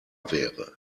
wäre